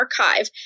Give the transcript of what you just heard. Archive